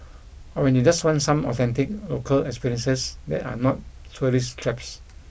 or when you just want some authentic local experiences that are not tourist traps